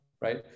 Right